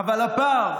אבל הפער